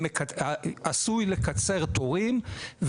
עשוי לקצר תורים,